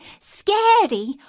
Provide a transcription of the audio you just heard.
scary